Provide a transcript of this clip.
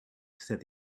said